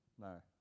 No